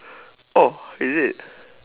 oh is it